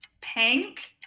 Pink